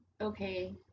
okay